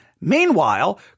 Meanwhile